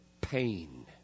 pain